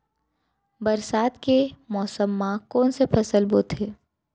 बरसात के मौसम मा कोन से फसल बोथे?